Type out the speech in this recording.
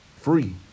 free